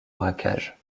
braquage